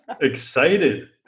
excited